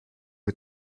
est